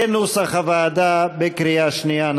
כנוסח הוועדה, בקריאה שנייה.